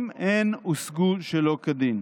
אם הן הושגו שלא כדין.